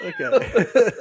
Okay